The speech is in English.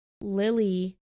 Lily